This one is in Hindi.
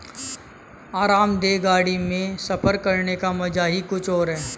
आरामदेह गाड़ी में सफर करने का मजा ही कुछ और है